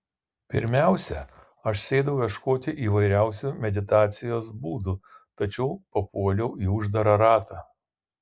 pirmiausia aš sėdau ieškoti įvairiausių meditacijos būdų tačiau papuoliau į uždarą ratą